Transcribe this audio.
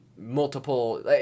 multiple